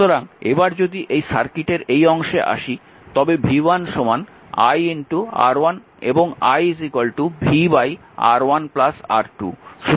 সুতরাং এবার যদি এই সার্কিটের এই অংশে আসি তবে v1 i R1 এবং i v R1 R2